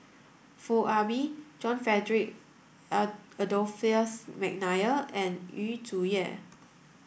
Foo Ah Bee John Frederick Adolphus McNair and Yu Zhuye